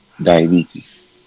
diabetes